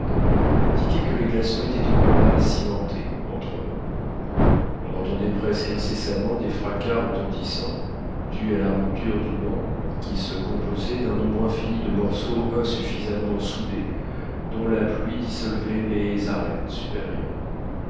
indiquaient que les glaçons étaient encore mal cimentés entre eux on entendait presque incessamment des fracas retentissants dus à la rupture du banc qui se composait d'un nombre infini de morceaux insuffisamment soudés dont la pluie dissolvait les arêtes supérieures